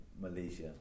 Malaysia